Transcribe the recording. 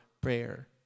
prayer